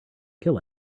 kill